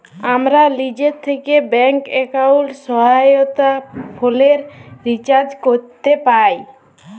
আমরা লিজে থ্যাকে ব্যাংক এক্কাউন্টের সহায়তায় ফোলের রিচাজ ক্যরতে পাই